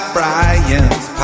Brian's